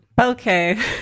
Okay